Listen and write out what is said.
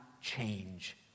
change